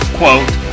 quote